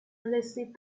رسید